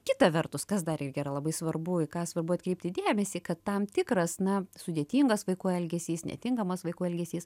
kita vertus kas dar irgi yra labai svarbu į ką svarbu atkreipti dėmesį kad tam tikras na sudėtingas vaikų elgesys netinkamas vaikų elgesys